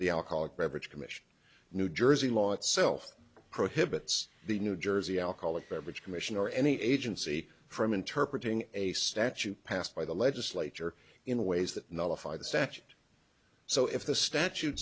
the alcoholic beverage commission new jersey law itself prohibits the new jersey alcoholic beverage commission or any agency from interpretating a statute passed by the legislature in ways that nullify the statute